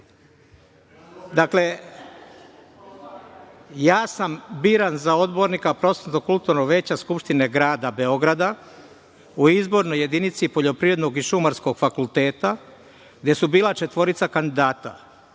27.Dakle, ja sam biran za odbornika Prosvetno-kulturnog veća Skupštine grada Beograda u izbornoj jedinici Poljoprivrednog i Šumarskog fakulteta, gde su bila četvorica kandidata,